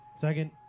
Second